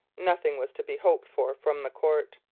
nothing was to be hoped for from the court.